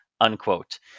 unquote